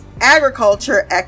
agriculture